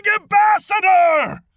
ambassador